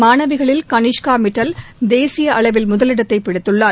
மானவிகளில் கனிஷ்கா மிட்டல் தேசிய அளவில் முதலிடத்தை பிடித்துள்ளார்